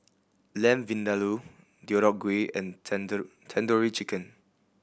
Lamb Vindaloo Deodeok Gui and Tandoori Chicken